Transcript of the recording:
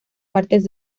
partes